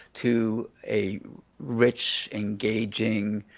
to a rich, engaging,